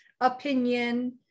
opinion